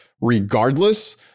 regardless